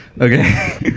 Okay